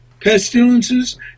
pestilences